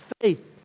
faith